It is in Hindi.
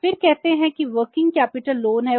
फिर कहते हैं कि वर्किंग कैपिटल लोन है